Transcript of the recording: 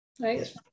right